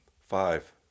Five